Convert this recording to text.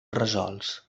resolts